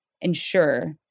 ensure